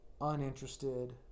uninterested